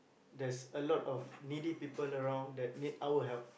there's a lot of needy people around that need our help